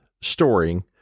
storing